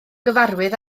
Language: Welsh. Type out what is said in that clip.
gyfarwydd